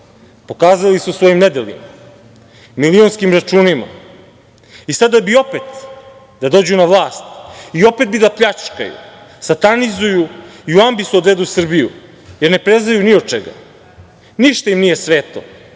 pokazali su svojim nedelima, milionskim računima i sada bi opet da dođu na vlast i opet bi da pljačkaju, satanizuju i u ambis odvedu Srbiju, jer ne prezaju ni od čega. Ništa im nije sveto,